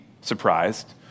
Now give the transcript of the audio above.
surprised